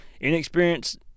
inexperienced